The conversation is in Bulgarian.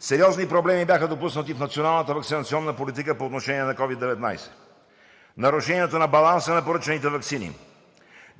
Сериозни проблеми бяха допуснати в Националната ваксинационна политика по отношение на COVID-19. Нарушението на баланса на поръчаните ваксини,